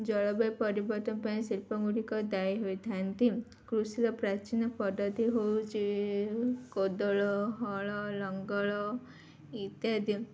ଜଳବାୟୁ ପରିବର୍ତ୍ତନ ପାଇଁ ଶିଳ୍ପ ଗୁଡ଼ିକ ଦାୟୀ ହୋଇଥାନ୍ତି କୃଷିର ପ୍ରାଚୀନ ପଦ୍ଧତି ହେଉଛି କୋଦାଳ ହଳ ଲଙ୍ଗଳ ଇତ୍ୟାଦି